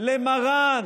למרן